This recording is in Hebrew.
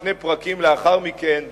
שני פרקים לאחר מכן,